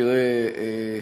תראה,